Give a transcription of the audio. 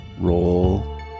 roll